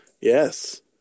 Yes